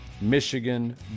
Michigan